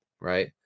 right